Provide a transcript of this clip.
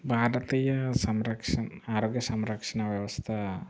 భారతీయ సంరక్షణ ఆరోగ్య సంరక్షణ వ్యవస్థ